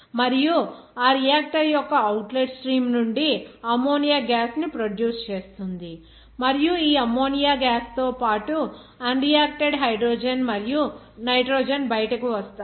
మరియు ఆ రియాక్టర్ యొక్క అవుట్లెట్ స్ట్రీమ్ నుండి అమ్మోనియా గ్యాస్ ను ప్రొడ్యూస్ చేస్తుంది మరియు ఈ అమ్మోనియా గ్యాస్ తో పాటు అన్ రియాక్టడ్ హైడ్రోజన్ మరియు నైట్రోజన్ బయటకు వస్తాయి